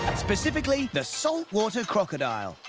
specifically the saltwater crocodile.